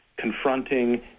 confronting